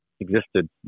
Existed